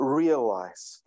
realize